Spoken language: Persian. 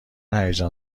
هیجان